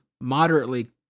moderately